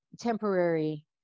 temporary